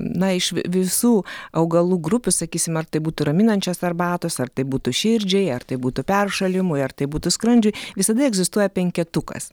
na iš v visų augalų grupių sakysim ar tai būtų raminančios arbatos ar tai būtų širdžiai ar tai būtų peršalimui ar tai būtų skrandžiui visada egzistuoja penketukas